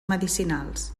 medicinals